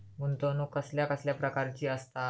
गुंतवणूक कसल्या कसल्या प्रकाराची असता?